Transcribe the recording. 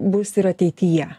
bus ir ateityje